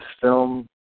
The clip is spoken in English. film